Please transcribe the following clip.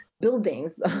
buildings